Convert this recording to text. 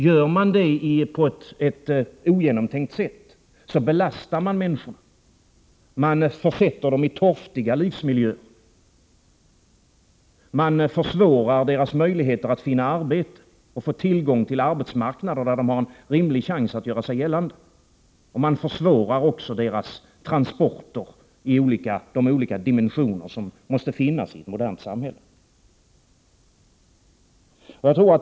Gör man det på ett ogenomtänkt sätt belastar man människorna, man försätter dem i torftiga livsmiljöer, och man försvårar deras möjligheter att finna arbete och få tillgång till arbetsmarknader där de har en rimlig chans att göra sig gällande. Man försvårar också deras transporter i de olika dimensioner som måste finnas i ett modernt samhälle.